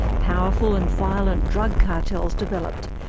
powerful and violent drug cartels developed,